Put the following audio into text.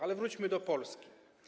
Ale wróćmy do Polski.